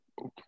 Okay